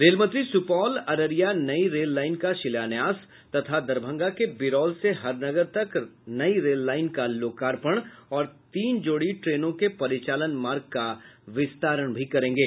रेलमंत्री सुपौल अररिया नई rail line का शिलान्यास तथा दरभंगा के बिरौल से हरनगर तक नई रेल लाईन का लोकार्पण और तीन जोड़ी ट्रेनों के परिचालन मार्ग का विस्तारण भी करेंगे